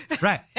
Right